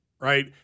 right